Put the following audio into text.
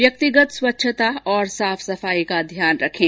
व्यक्तिगत स्वच्छता और साफ सफाई का ध्यान रखें